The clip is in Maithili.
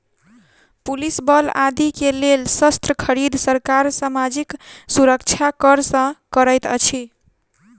पुलिस बल आदि के लेल शस्त्र खरीद, सरकार सामाजिक सुरक्षा कर सँ करैत अछि